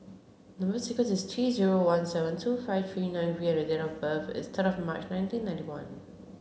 number sequence is T zero one seven two five three nine V and date of birth is third of March nineteen ninety one